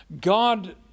God